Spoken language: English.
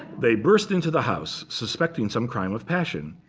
they burst into the house, suspecting some crime of passion.